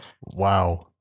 Wow